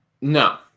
No